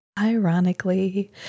ironically